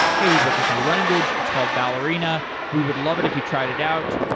hey, we built this new language. it's called ballerina. we would love it if you tried it out.